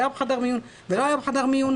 היה בחדר מיון או לא היה בחדר מיון,